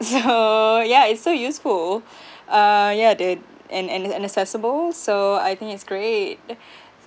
so yeah it's so useful uh yeah the and and and accessible so I think it's great